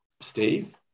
Steve